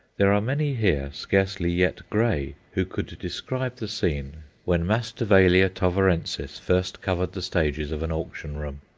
there are many here, scarcely yet grey, who could describe the scene when masdevallia tovarensis first covered the stages of an auction-room.